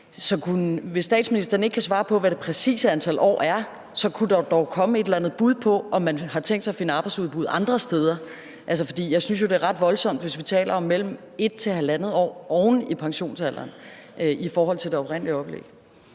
hvis statsministeren ikke kan svare på, hvad det præcise antal år er, kunne der vel komme et eller andet bud på, om man har tænkt sig at finde et arbejdsudbud andre steder. For jeg synes jo, at det er ret voldsomt, hvis vi taler om mellem 1-1 ½ år oven i pensionsalderen i forhold til det oprindelige oplæg.